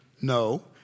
No